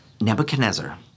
nebuchadnezzar